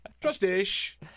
trust-ish